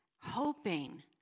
hoping